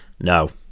No